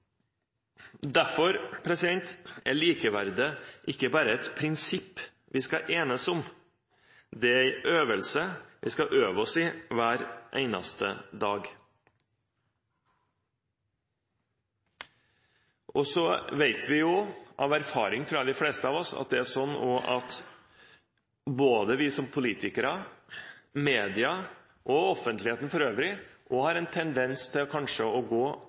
Derfor er likeverdet ikke bare et prinsipp vi skal enes om, det er en øvelse vi skal gjøre hver eneste dag. Vi vet av erfaring, tror jeg, de fleste av oss, at vi, både politikere, media og offentligheten for øvrig også har en tendens til kanskje å gå